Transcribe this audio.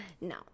No